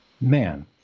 man